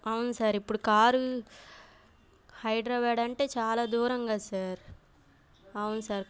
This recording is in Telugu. అవును సార్ ఇప్పుడు కార్ హైద్రాబ్యాడ్ అంటే చాలా దూరం కదా సార్ అవును సార్